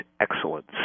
excellence